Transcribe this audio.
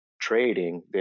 trading